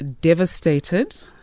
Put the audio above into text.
devastated